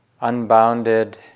unbounded